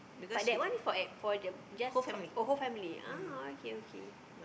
but that one is for ac~ for the just oh whole family ah okay okay